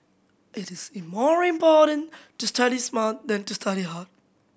it is in more important to study smart than to study hard